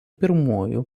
pirmųjų